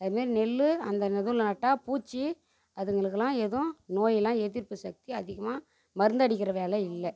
அது மாரி நெல்லு அந்த இதுல்ல நட்டா பூச்சி அதுங்களுக்கெல்லாம் எதுவும் நோயிலாம் எதிர்ப்பு சக்தி அதிகமாக மருந்து அடிக்கின்ற வேலை இல்லை